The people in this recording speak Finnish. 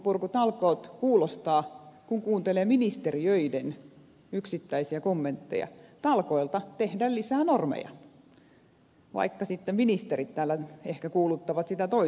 norminpurkutalkoot kuulostaa kun kuuntelee ministeriöiden yksittäisiä kommentteja talkoilta tehdä lisää normeja vaikka sitten ministerit täällä ehkä kuuluttavat sitä toisinpäin